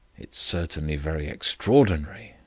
it's certainly very extraordinary,